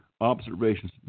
observations